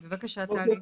בבקשה, טלי.